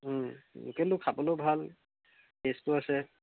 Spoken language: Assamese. কিন্তু খবলৈয়ো ভাল টেষ্টো আছে